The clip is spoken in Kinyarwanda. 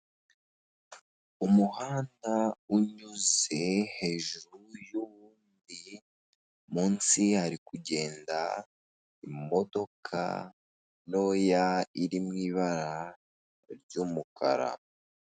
Umuhanda unyuze hejuru y'uwundi munsi hari kugenda imodoka ntoya iri mu ibara ry'umukara.